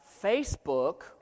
Facebook